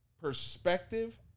perspective